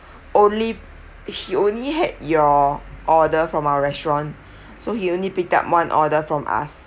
only he only had your order from our restaurant so he only picked up one order from us